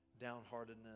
downheartedness